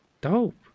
Dope